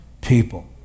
people